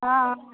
हाँ